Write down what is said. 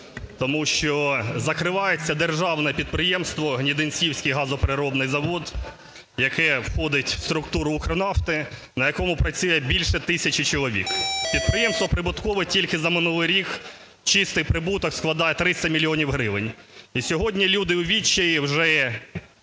Тому що закривається державне підприємство "Гнідинцівський газопереробний завод", який входить в структуру "Укрнафти", на якому працює більше 1 тисячі чоловік. Підприємство прибуткове, тільки за минулий рік чистий прибуток складає 300 мільйонів гривень. І сьогодні люди у відчаї, вже